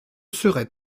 serai